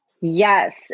Yes